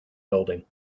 building